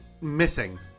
missing